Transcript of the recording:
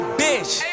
bitch